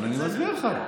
אבל אני מסביר לך.